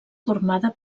formada